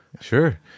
Sure